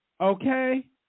Okay